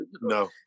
No